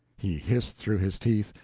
he hissed through his teeth,